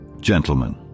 Gentlemen